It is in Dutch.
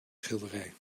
schilderij